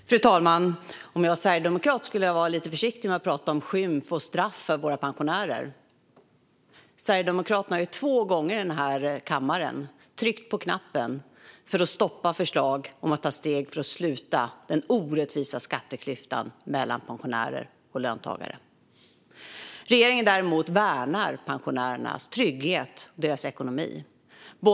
Fru talman! Om jag var sverigedemokrat skulle jag vara lite försiktig med att tala om skymf och straff för våra pensionärer. Sverigedemokraterna har ju två gånger här i kammaren tryckt på knappen för att stoppa förslag om att ta steg för att sluta den orättvisa skatteklyftan mellan pensionärer och löntagare. Regeringen, däremot, värnar pensionärernas trygghet och deras ekonomi.